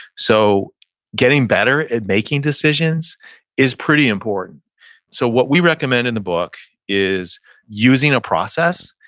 so getting better at making decisions is pretty important so what we recommend in the book is using a process,